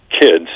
kids